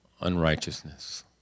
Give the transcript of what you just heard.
unrighteousness